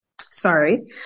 sorry